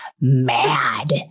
mad